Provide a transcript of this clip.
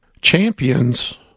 Champions